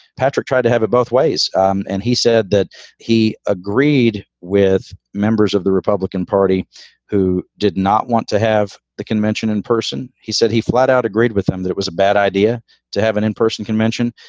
patrick tried to have it both ways, and he said that he agreed with members of the republican party who did not want to have the convention in person. he said he flat out agreed with them that was a bad idea to have an in-person convention,